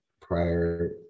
prior